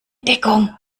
deckung